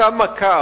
אותה מכה.